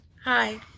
Hi